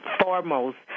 foremost